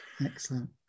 excellent